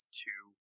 two